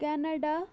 Canada